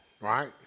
right